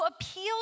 appeal